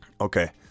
Okay